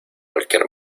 cualquier